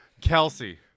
Kelsey